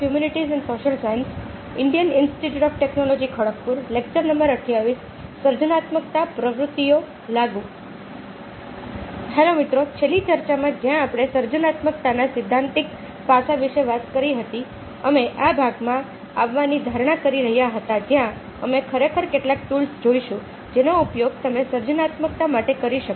hello મિત્રો છેલ્લી ચર્ચામાં જ્યાં આપણે સર્જનાત્મકતાના સૈદ્ધાંતિક પાસા વિશે વાત કરી હતી અમે આ ભાગમાં આવવાની ધારણા કરી રહ્યા હતા જ્યાં અમે ખરેખર કેટલાક ટૂલ્સ જોઈશું જેનો ઉપયોગ તમે સર્જનાત્મકતા માટે કરી શકો